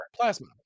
Plasma